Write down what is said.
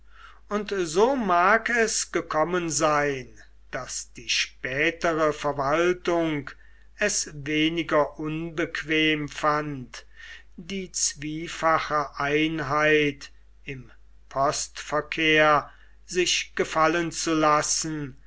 und so mag es gekommen sein daß die spätere verwaltung es weniger unbequem fand die zwiefache einheit im postverkehr sich gefallen zu lassen